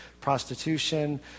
prostitution